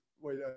wait